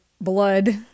Blood